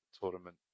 tournament